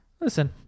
Listen